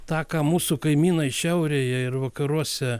tą ką mūsų kaimynai šiaurėje ir vakaruose